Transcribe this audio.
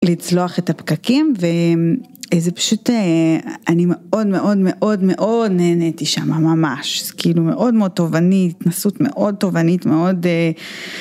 לצלוח את הפקקים וזה פשוט אני מאוד מאוד מאוד מאוד נהניתי שם ממש כאילו מאוד מאוד תובענית התנסות מאוד תובענית מאוד.